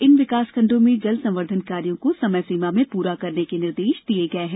इन विकासखण्डों मे जल संवर्धन कार्यो को समय सीमा मे पूरा करने के निर्देश दिए गए हैं